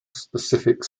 specific